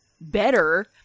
better